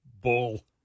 bull